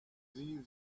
sie